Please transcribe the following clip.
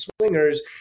swingers